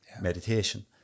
Meditation